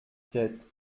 sept